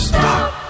Stop